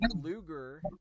Luger